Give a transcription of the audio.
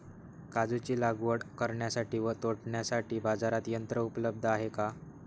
काजूची लागवड करण्यासाठी व तोडण्यासाठी बाजारात यंत्र उपलब्ध आहे का?